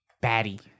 Batty